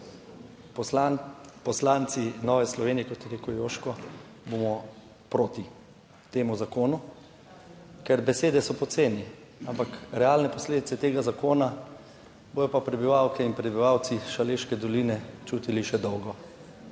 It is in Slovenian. poslanci Nove Slovenije, kot je rekel Joško, bomo proti temu zakonu, ker besede so poceni, ampak realne posledice tega zakona bodo pa prebivalke in prebivalci Šaleške doline čutili še dolgo.